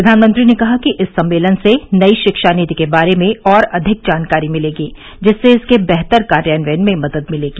प्रधानमंत्री ने कहा कि इस सम्मेलन से नई शिक्षा नीति के बारे में और अधिक जानकारी मिलेगी जिससे इसके बेहतर कार्यान्वयन में मदद मिलेगी